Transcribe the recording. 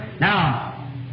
Now